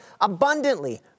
abundantly